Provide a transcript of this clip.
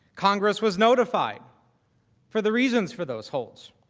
congress was notified for the reasons for those holes